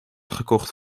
gekocht